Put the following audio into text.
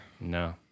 No